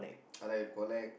I like collect